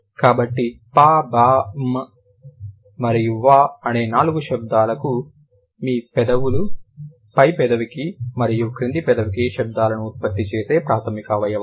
కాబట్టి ప బ మ్మ్ మరియు వ అనే నాలుగు శబ్దాలకు మీ పెదవులు పై పెదవికి మరియు క్రింది పెదవికి శబ్దాలను ఉత్పత్తి చేసే ప్రాథమిక అవయవాలు